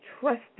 trusted